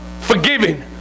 forgiving